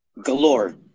galore